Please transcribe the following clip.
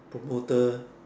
promoter